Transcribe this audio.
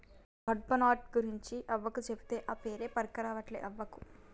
కడ్పాహ్నట్ గురించి అవ్వకు చెబితే, ఆ పేరే పల్కరావట్లే అవ్వకు